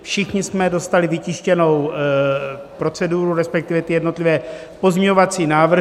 Všichni jsme dostali vytištěnou proceduru, resp. jednotlivé pozměňovací návrhy.